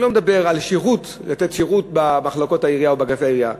אני לא מדבר על לתת שירות במחלקות העירייה או בבית העירייה,